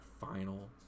final